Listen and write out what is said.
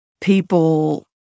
people